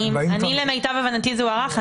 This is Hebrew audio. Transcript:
למיטב הבנתי זה הוארך.